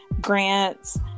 grants